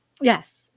yes